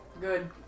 good